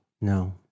no